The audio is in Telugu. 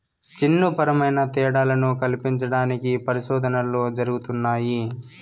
జన్యుపరమైన తేడాలను కల్పించడానికి పరిశోధనలు జరుగుతున్నాయి